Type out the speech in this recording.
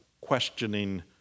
questioning